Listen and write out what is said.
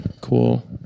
cool